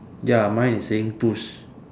ya mine is saying push